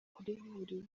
kuri